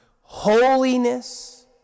holiness